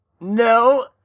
No